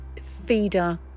feeder